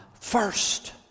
first